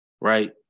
right